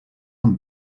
amb